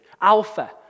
Alpha